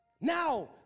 Now